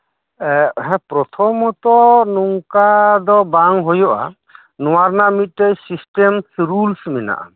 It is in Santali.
ᱦᱮᱸ ᱯᱨᱚᱛᱷᱚᱢᱚᱛᱚ ᱱᱚᱝᱠᱟ ᱫᱚ ᱵᱟᱝ ᱦᱩᱭᱩᱜᱼᱟ ᱱᱚᱣᱟ ᱨᱮᱭᱟᱜ ᱢᱤᱫᱴᱮᱡ ᱥᱤᱥᱴᱮᱢ ᱨᱩᱞᱥ ᱢᱮᱱᱟᱜᱼᱟ